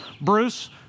Bruce